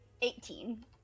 Eighteen